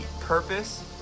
purpose